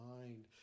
mind